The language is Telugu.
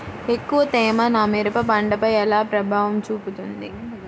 ఎక్కువ తేమ నా మిరప పంటపై ఎలా ప్రభావం చూపుతుంది?